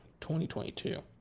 2022